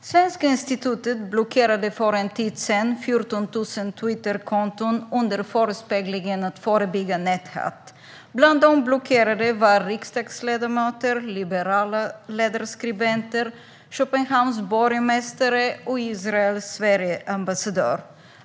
Svenska institutet blockerade för en tid sedan 14 000 Twitterkonton under förespeglingen att man ville förebygga näthat. Bland de blockerade fanns riksdagsledamöter, liberala ledarskribenter, Köpenhamns borgmästare och Israels Sverigeambassadör.